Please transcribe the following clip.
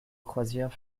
croisières